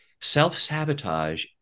self-sabotage